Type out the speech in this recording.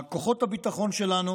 כוחות הביטחון שלנו